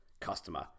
customer